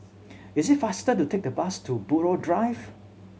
is it faster to take the bus to Buroh Drive